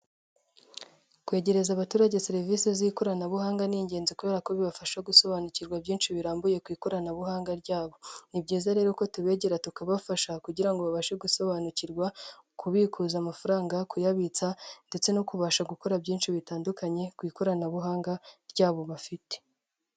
Kwegereza abaturage serivisi z'ikoranabuhanga ni ingenzi kubera ko bibafasha gusobanukirwa byinshi birambuye ku ikoranabuhanga ryabo. Ni byiza rero ko tubegera tukabafasha kugira ngo babashe gusobanukirwa kubikuza amafaranga kuyabitsa ndetse no kubasha gukora byinshi bitandukanye ku ikoranabuhanga ryabo bafite.